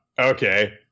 okay